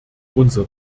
unser